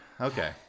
okay